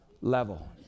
level